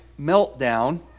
meltdown